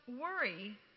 worry